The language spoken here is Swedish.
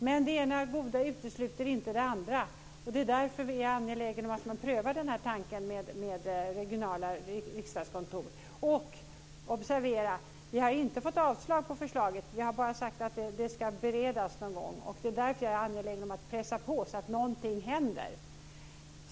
Men det ena goda utesluter inte det andra, och det är därför vi är angelägna om att man prövar den här tanken med regionala riksdagskontor. Och observera: Vi har inte fått avslag på förslaget; det är bara sagt att det ska beredas någon gång. Det är därför jag är angelägen om att pressa på så att någonting händer.